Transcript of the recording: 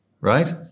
right